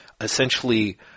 essentially